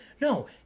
No